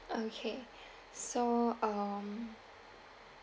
okay so um